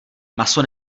maso